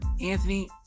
Anthony